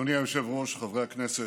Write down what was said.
אדוני היושב-ראש, חברי הכנסת,